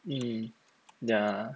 mmhmm ya